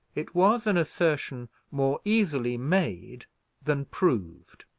it was an assertion more easily made than proved.